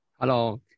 Hello